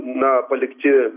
na palikti